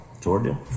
Georgia